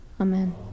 Amen